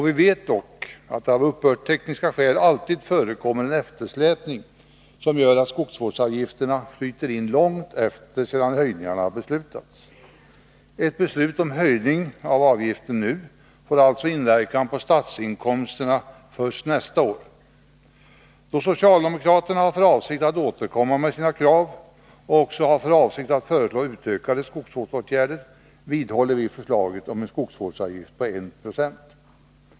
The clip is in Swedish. Vi vet dock att det av uppbördstekniska skäl alltid förekommer en eftersläpning, som gör att skogsvårdsavgifterna flyter in långt efter det att höjningar beslutats. Ett beslut om höjning av avgiften nu får inverkan på statsinkomsterna först nästa år. Då socialdemokraterna har för avsikt att återkomma med sina krav och också har för avsikt att föreslå utökningar av skogsvårdsåtgärderna, vidhåller vi förslaget om en skogsvårdsavgift på 192.